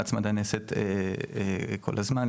ההצמדה נעשית כל הזמן,